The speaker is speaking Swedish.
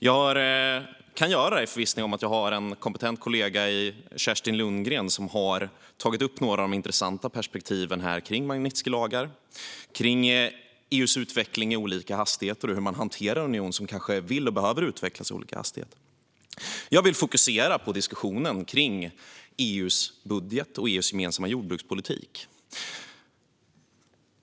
Jag kan göra det i förvissningen om att jag har en kompetent kollega i Kerstin Lundgren, som har tagit upp några av de intressanta perspektiven om Magnitskijlagar, EU:s utveckling i olika hastigheter och hur man hanterar en union som vill och behöver utvecklas i olika hastigheter. Jag vill fokusera på diskussionen om EU:s budget och EU:s gemensamma jordbrukspolitik.